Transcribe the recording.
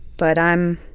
but i'm